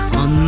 on